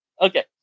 Okay